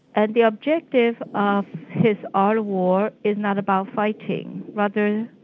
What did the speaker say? and the objective of his art of war is not about fighting, rather,